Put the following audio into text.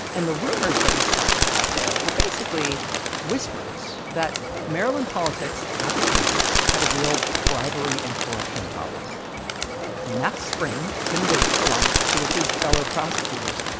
and the rumors that he's talking about there were basically whispers that maryland politics at the time had a real bribery-and-corruption problem and that spring, tim baker along with two of his fellow prosecutors,